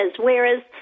whereas